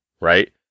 right